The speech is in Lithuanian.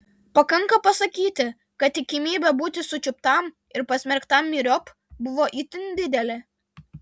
pakanka pasakyti kad tikimybė būti sučiuptam ir pasmerktam myriop buvo itin didelė